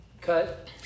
Cut